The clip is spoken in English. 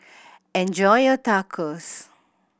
enjoy your Tacos